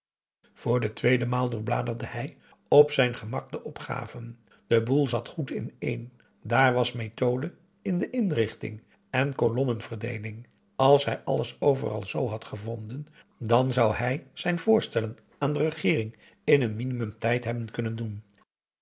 voor de tweede maal doorbladerde hij op zijn gemak de opgaven de boel zat goed ineen daar was methode in de inrichting en kolommen verdeeling als hij alles overal z had gevonden dan zou hij zijn voorstellen p a daum hoe hij raad van indië werd onder ps maurits aan de regeering in een minimum tijd hebben kunnen doen